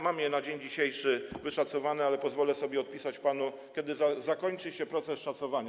Mam je na dzień dzisiejszy wyszacowane, ale pozwolę sobie odpisać panu, gdy zakończy się proces szacowania.